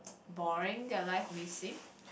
boring their life may seem